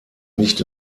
nicht